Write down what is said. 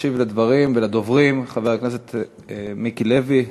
ישיב לדברים ולדוברים חבר הכנסת מיקי לוי,